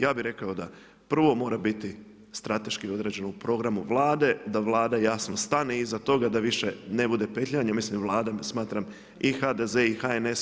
Ja bi rekao, da prvo mora biti strateško određeno biti u programu Vlade, da Vlada jasno stane iza toga, da više ne bude petljanje, mislim Vlada ne smatram i HDZ i HNS.